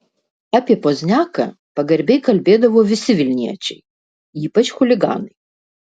apie pozniaką pagarbiai kalbėdavo visi vilniečiai ypač chuliganai